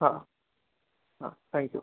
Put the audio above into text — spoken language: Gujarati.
હા હા થેન્ક યુ